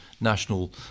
national